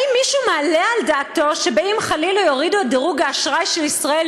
האם מישהו מעלה על דעתו שאם חלילה יורידו את דירוג האשראי של ישראל,